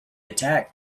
attack